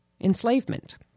enslavement